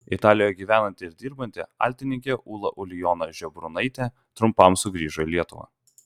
italijoje gyvenanti ir dirbanti altininkė ūla ulijona žebriūnaitė trumpam sugrįžo į lietuvą